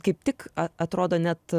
kaip tik a atrodo net